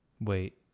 Wait